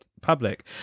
public